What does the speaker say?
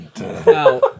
Now